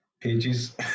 pages